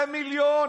2 מיליון